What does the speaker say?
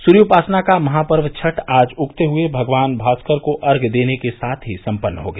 सूर्योपासना का महापर्व छठ आज उगते हुए भगवान भास्कर को अर्घ्य देने के साथ ही सम्पन्न हो गया